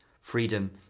freedom